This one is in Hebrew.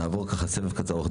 נעבור סבב קצר.